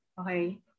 Okay